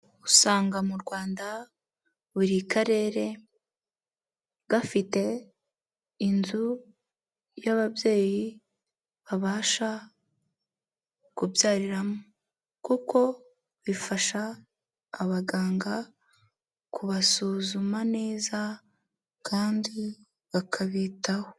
Usanga mu Rwanda buri karere gafite inzu y'ababyeyi babasha kubyariramo, kuko bifasha abaganga kubasuzuma neza kandi bakabitaho.